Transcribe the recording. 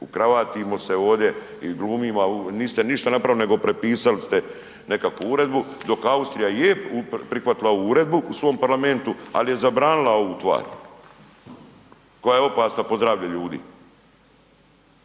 ukravatimo se ovdje i glumimo, a niste ništa napravili nego prepisali ste nekakvu uredbu, dok Austrija je prihvatila ovu uredbu u svom parlamentu ali je zabranila ovu tvar koja je opasna po zdravlje ljudi.